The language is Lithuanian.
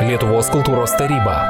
lietuvos kultūros taryba